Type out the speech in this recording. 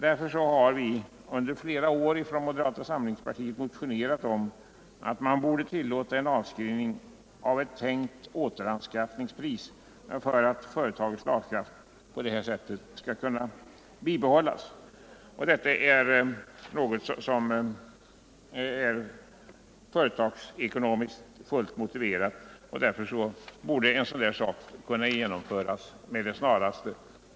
Därför har vi under flera år från moderata samlingspartiet motionerat om att man borde tillåta en avskrivning av ett tänkt återanskaffningspris för att företagets slagkraft skall kunna bibehållas. Detta är företagsekonomiskt fullt motiverat, och därför borde en sådan sak kunna genomföras med det snaraste.